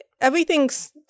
everything's